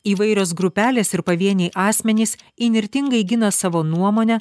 įvairios grupelės ir pavieniai asmenys įnirtingai gina savo nuomonę